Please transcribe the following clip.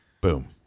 Boom